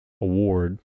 award